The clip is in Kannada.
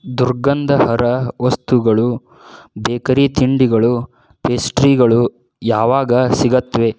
ದುರ್ಗಂಧಹರ ವಸ್ತುಗಳು ಬೇಕರಿ ತಿಂಡಿಗಳು ಪೇಸ್ಟ್ರಿಗಳು ಯಾವಾಗ ಸಿಗುತ್ವೆ